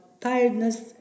tiredness